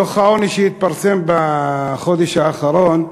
לפי דוח העוני שהתפרסם בחודש האחרון,